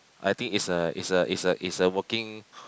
I think is a is a is a is a working